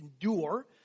endure